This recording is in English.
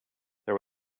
there